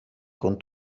con